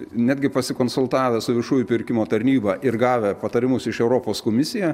netgi pasikonsultavę su viešųjų pirkimų tarnyba ir gavę patarimus iš europos komisija